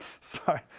Sorry